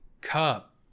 Cup